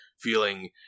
feeling